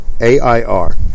A-I-R